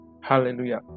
Hallelujah